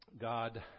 God